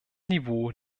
niveau